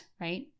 right